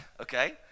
okay